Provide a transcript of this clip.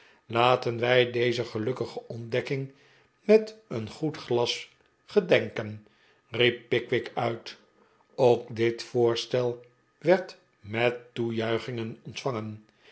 laten wij deze gelukkige ontdekking met een goed glas gedenken riep pickwick uit ook dit voorstel werd met toejuichingen ontvangen